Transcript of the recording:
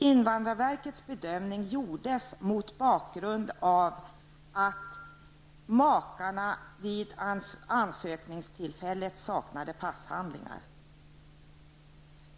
Invandrarverkets bedömning gjordes mot bakgrund av att makarna vid ansökningstillfället saknade passhandlingar.